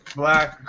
black